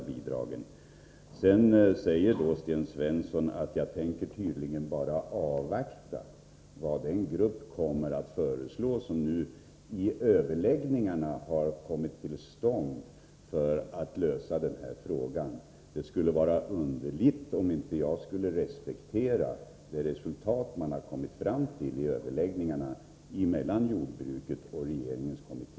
Sedan säger Sten Svensson att jag tydligen bara tänker avvakta vad den grupp som efter överläggningarna kommit till stånd för att lösa den här frågan kommer att föreslå. Det skulle vara underligt om jag inte skulle respektera det resultat man kommit fram till i överläggningarna mellan jordbruket och regeringens kommitté.